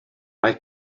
mae